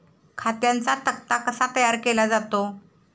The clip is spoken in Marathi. खात्यांचा तक्ता कसा तयार केला जातो?